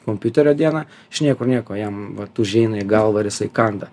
kompiuterio dieną iš niekur nieko jam vat užeina į galvą ir jisai kanda